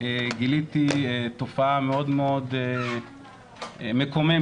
גיליתי תופעה מאוד מאוד מקוממת